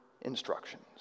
instructions